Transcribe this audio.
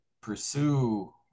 pursue